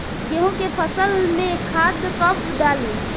गेहूं के फसल में खाद कब डाली?